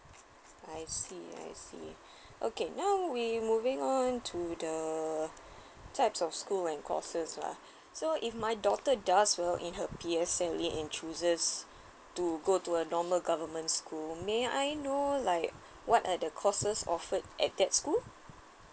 I see I see okay now we moving on to the types of school when courses lah so if my daughter does well in her P_S_L_E and chooses to go to a normal government school may I know like what are the courses offered at that school